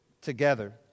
together